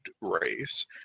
race